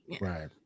right